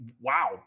wow